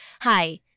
hi